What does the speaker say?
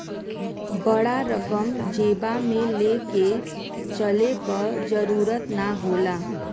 बड़ा रकम जेबा मे ले के चले क जरूरत ना होला